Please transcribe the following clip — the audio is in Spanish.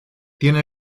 tiene